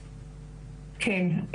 כן.